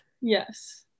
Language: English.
Yes